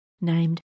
named